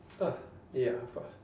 ah ya of course